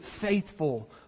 faithful